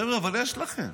חבר'ה, אבל יש לכם.